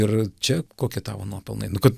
ir čia kokie tavo nuopelnai nu kad